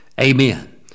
Amen